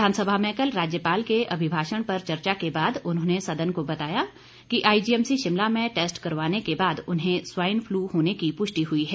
विधानसभा में कल राज्यपाल के अभिभाषण पर चर्चा के बाद उन्होंने सदन को बताया कि आईजीएमसी शिमला में टैस्ट करवाने के बाद उन्हें स्वाईन फ्लू होने की पुष्टि हुई है